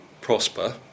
prosper